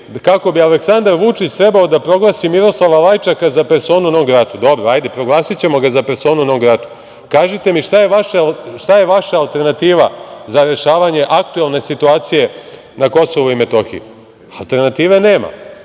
kako bi Aleksandar Vučić trebao da proglasi Miroslava Lajčaka za perosnu non grata. Dobro, hajde, proglasićemo ga za personu non gratu, ali kažite mi šta je vaša alternativa za rešavanje aktuelne situacije na Kosovu i Metohiji? Alternative nema.